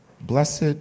Blessed